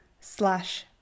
slash